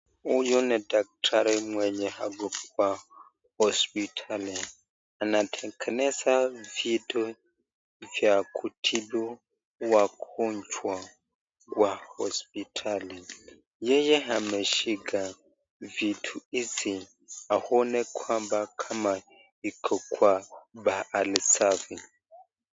Huyu ni daktari mwenye ako kwa hospitali anatengeneza vitu vya kutibu wagonjwa kwa hospitali yeye ameshika vitu hizi aone kwamba kama iko kwa pahali safi.